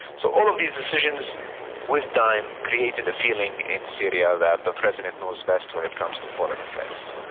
so all of these decisions with time created a feeling in syria that the president knows best when it comes to foreign affairs.